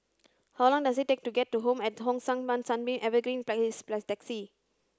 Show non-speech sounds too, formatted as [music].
how long does it take to get to Home at Hong San [unintelligible] Sunbeam Evergreen Place by taxi